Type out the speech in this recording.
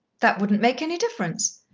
that wouldn't make any difference.